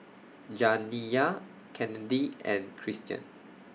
Janiyah Kennedi and Cristian